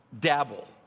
dabble